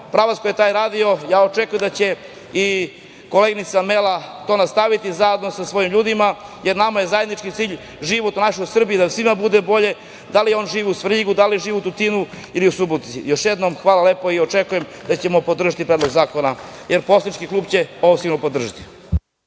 je pokrenuo taj pravac, ja očekujem da će i koleginica Amela to nastaviti zajedno sa svojim ljudima, jer nama je zajednički cilj život u našoj Srbiji, da svima bude bolje, da li on živeo u Svrljigu ili Tutinu ili u Subotici. Još jednom, hvala lepo i očekujem da ćemo podržati Predlog zakona, jer poslanički klub će ovo sigurno podržati.